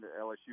LSU